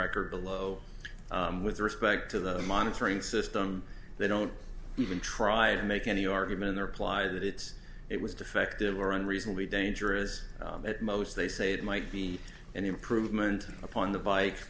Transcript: record below with respect to the monitoring system they don't even try and make any argument in their ply that it's it was defective or unreasonably dangerous at most they say it might be an improvement upon the bike